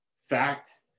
Fact